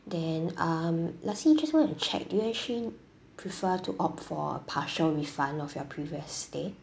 then um lastly just want to check do you actually prefer to opt for a partial refund of your previous stay